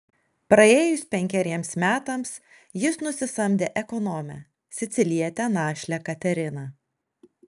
praėjus penkeriems metams jis nusisamdė ekonomę sicilietę našlę kateriną